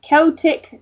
Celtic